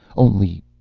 only,